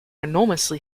enormously